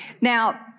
Now